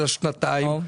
בן השנתיים,